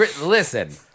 Listen